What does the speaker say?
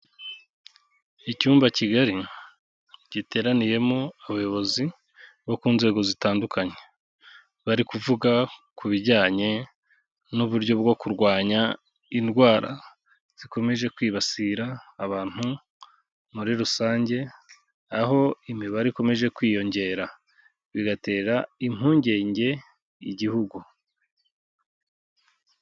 ICyumba kigari giteraniyemo abayobozi bo ku nzego zitandukanye, bari kuvuga ku bijyanye n'uburyo bwo kurwanya indwara zikomeje kwibasira abantu muri rusange, aho imibare ikomeje kwiyongera, bigatera impungenge igihugu.